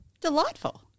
delightful